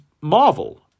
Marvel